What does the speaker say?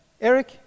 Eric